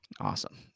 Awesome